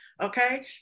okay